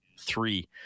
three